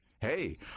Hey